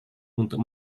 untuk